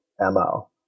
mo